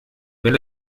wenn